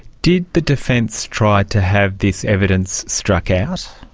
did the defence try to have this evidence struck out?